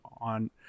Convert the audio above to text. on